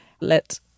let